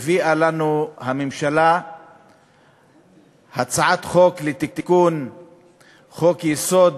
הביאה לנו הממשלה הצעת חוק לתיקון חוק-יסוד: